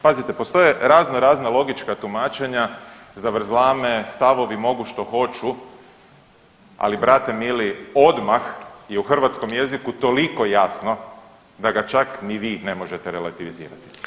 Pazite, postoje razno razna logička tumačenja, zavrzlame, stavovi mogu što hoću, ali brate mili, odmah je u hrvatskom jeziku toliko jasno da ga čak vi ne možete relativizirati.